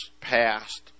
passed